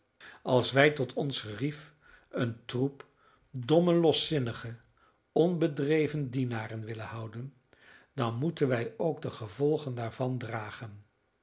als wij tot ons gerief een troep domme loszinnige onbedreven dienaren willen houden dan moeten wij ook de gevolgen daarvan dragen